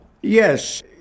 Yes